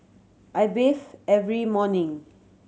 I bathe every morning